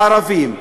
הערבים.